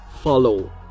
follow